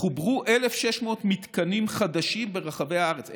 חוברו 1,600 מתקנים חדשים ברחבי הארץ,